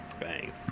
Bang